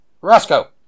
Roscoe